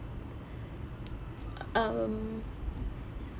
um